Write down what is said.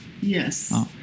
Yes